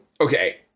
okay